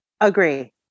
Agree